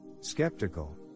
Skeptical